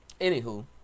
Anywho